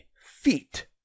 feet